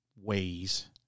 ways